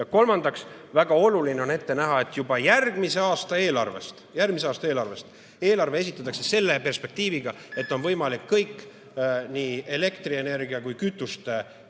kolmandaks, väga oluline on ette näha, et juba järgmise aasta eelarve – järgmise aasta eelarve! – esitatakse selle perspektiiviga, et on võimalik kõik, nii elektrienergia kui ka kütuste